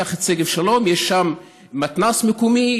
קח את שגב שלום: יש שם מתנ"ס מקומי,